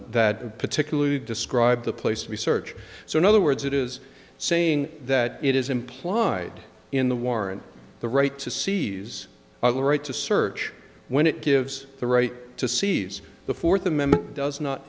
that particularly describe the place we search so in other words it is saying that it is implied in the warrant the right to seize our right to search when it gives the right to seize the fourth amendment does not